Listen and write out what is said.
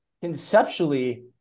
conceptually